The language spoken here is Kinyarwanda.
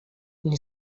n’i